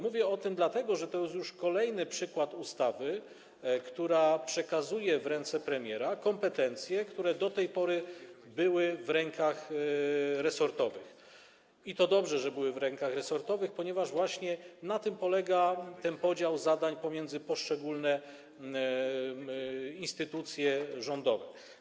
Mówię o tym dlatego, że to jest już kolejny przykład ustawy, która przekazuje w ręce premiera kompetencje, które do tej pory były w rękach resortowych, i to dobrze, że były w rękach resortowych, ponieważ właśnie na tym polega podział zadań pomiędzy poszczególne instytucje rządowe.